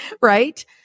right